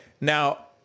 Now